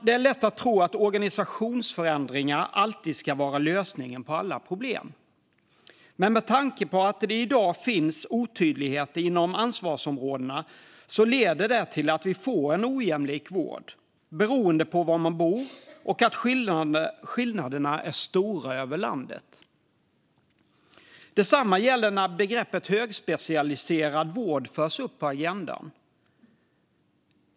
Det är lätt att tro att organisationsförändringar alltid är lösningen på alla problem, men att det i dag finns otydligheter inom ansvarsområdena leder till att vi får en ojämlik vård, beroende på var man bor och att skillnaderna är stora över landet. Detsamma gäller när begreppet högspecialiserad vård förs upp på agendan.